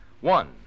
One